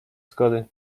zgody